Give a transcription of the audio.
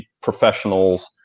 professionals